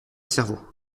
cerveau